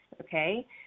okay